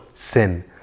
sin